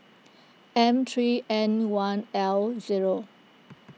M three N one L zero